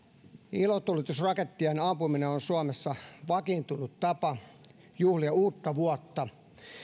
ilotulitusrakettien ampuminen on on suomessa vakiintunut tapa juhlia uuttavuotta